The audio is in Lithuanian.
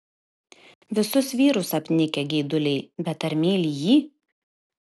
visus vyrus apnikę geiduliai bet ar myli jį